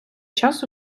часу